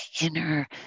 inner